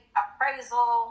appraisal